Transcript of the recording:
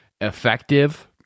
effective